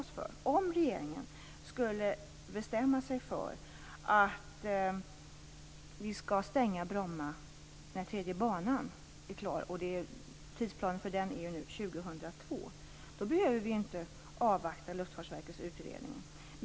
Om regeringen skulle bestämma sig för att stänga Bromma när tredje banan är klar - tidsplanen för den är nu 2002 - behöver vi inte avvakta Luftfartsverkets utredning.